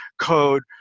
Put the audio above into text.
code